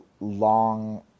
long